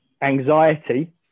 anxiety